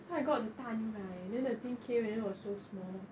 so I got the 大牛奶 and then the thing came and then it was so small